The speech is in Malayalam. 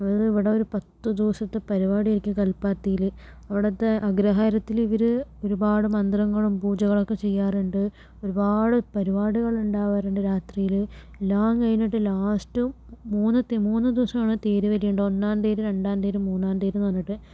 അതുപോലെ ഇവിടെ ഒരു പത്ത് ദിവസത്തെ പരിപാടിയായിരിക്കും കൽപ്പാത്തിയിൽ അവിടത്തെ ആഗ്രഹാരത്തിൽ ഇവർ ഒരുപാട് മന്ത്രങ്ങളും പൂജകളും ഒക്കെ ചെയ്യാറുണ്ട് ഒരുപാട് പരിപാടികൾ ഉണ്ടാവാറുണ്ട് രാത്രിയിൽ എല്ലാം കഴിഞ്ഞിട്ട് ലാസ്റ്റ് മൂന്നിത്തെ മൂന്നു ദിവസമാണ് തേര് വലി ഉണ്ടാവുക ഒന്നാം തേര് രണ്ടാം തേര് മൂന്നാം തേര് എന്ന് പറഞ്ഞിട്ട്